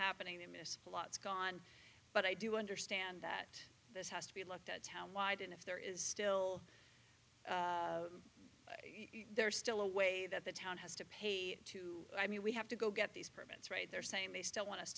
happening they miss a lot's gone but i do understand that this has to be looked at a town wide and if there is still there's still a way that the town has to pay to i mean we have to go get these permits right they're saying they still want